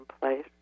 place